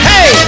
Hey